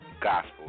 gospel